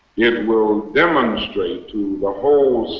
it will demonstrate to the whole